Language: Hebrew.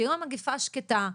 היום המגפה השקטה,